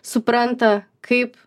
supranta kaip